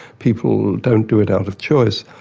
people don't do it out of choice.